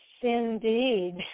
indeed